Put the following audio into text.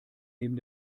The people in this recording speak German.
neben